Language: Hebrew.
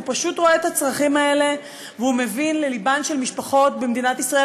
הוא פשוט רואה את הצרכים האלה והוא מבין ללבן של משפחות במדינת ישראל,